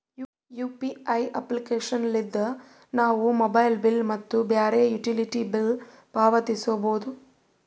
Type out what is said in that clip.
UPI application ಲಿದ್ದ ನಾವು mobile bill ಮತ್ತು ಬ್ಯಾರೆ ಯುಟಿಲಿಟಿ ಬಿಲ್ ಪಾವತಿಸಬೋದು